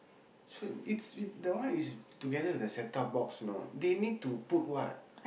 so~ it's with the one is together with the setup box you know they need to put what